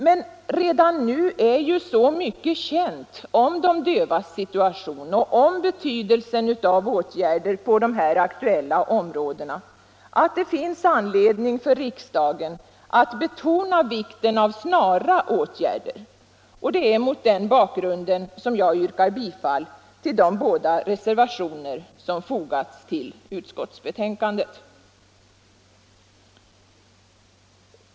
Men redan nu är så mycket känt om de dövas situation och om betydelsen av åtgärder på detta aktuella område, att det finns anledning för riksdagen att betona vikten av snara åtgärder. Och det är mot den bakgrunden som jag yrkar bifall till de båda reservationer som har fogats till utskottets betänkande.